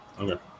Okay